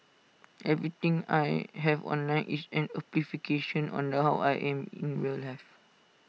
everything I have online is an amplification on the how I am in real life